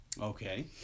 okay